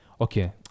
okay